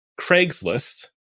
Craigslist